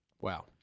Wow